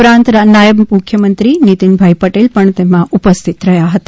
ઉપરાંત નાયબ મુખ્યમંત્રી નિતિનભાઇ પટેલ પણ ઉપસ્થિત રહ્યા હતા